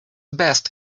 best